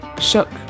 shook